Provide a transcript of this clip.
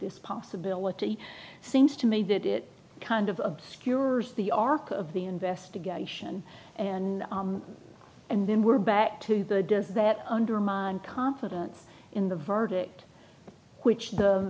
this possibility seems to me that it kind of obscures the arc of the investigation and and then we're back to the does that undermine confidence in the verdict which